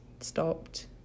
stopped